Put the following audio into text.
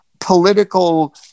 political